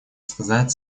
сказать